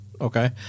Okay